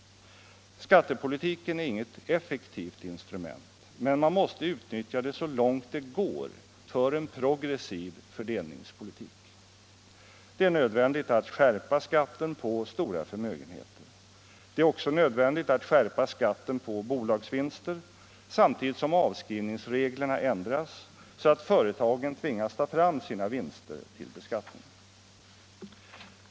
Skattepolitiken är inget effektivt instrument, men man måste utnyttja det så långt det går för en progressiv fördelningspolitik. Det är nödvändigt att skärpa skatten på stora förmögenheter. Det är också nödvändigt att skärpa skatten på bolagsvinser, samtidigt som avskrivningsreglerna ändras så att företagen tvingas ta fram sina vinster till beskattning.